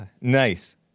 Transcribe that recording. nice